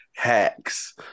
hacks